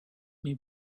may